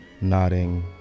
nodding